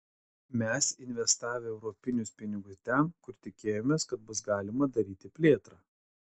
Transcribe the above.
mes investavę europinius pinigus ten kur tikėjomės kad bus galima daryti plėtrą